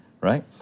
right